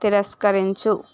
తిరస్కరించు